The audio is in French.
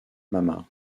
mama